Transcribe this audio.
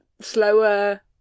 slower